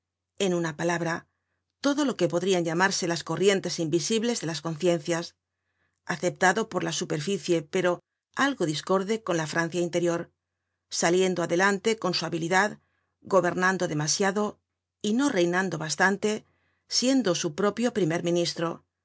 en una palabra todo lo que podrian llamarse las corrientes invisibles de las conciencias aceptado por la superficie pero algo discorde con la francia interior saliendo adelante con su habilidad gobernando demasiado y no reinando bastante siendo su propio primer ministro